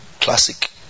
classic